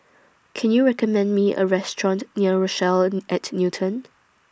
Can YOU recommend Me A Restaurant near Rochelle At Newton